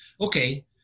okay